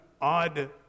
odd